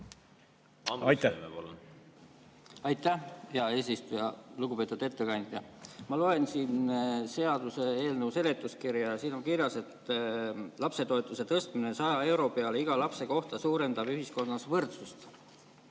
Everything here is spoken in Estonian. palun! Aitäh, hea eesistuja! Lugupeetud ettekandja! Ma loen seaduseelnõu seletuskirja ja siin on kirjas, et lapsetoetuse tõstmine 100 euro peale iga lapse kohta suurendab ühiskonnas võrdsust.